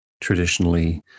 traditionally